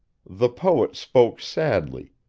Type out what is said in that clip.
the poet spoke sadly,